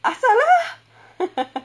asal ah